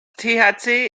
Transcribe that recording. thc